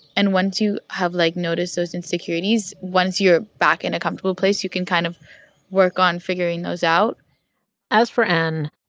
and once you have, like, noticed those insecurities, once you're back in a comfortable place, you can kind of work on figuring those out as for n,